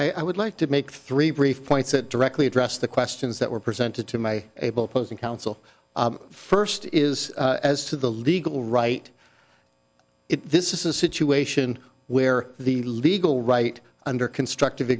us i would like to make three brief points that directly address the questions that were presented to my able posing counsel first is as to the legal right this is a situation where the legal right under constructive